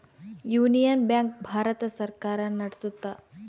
union bank Bharat ಸರ್ಕಾರ ನಡ್ಸುತ್ತ